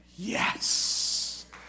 Yes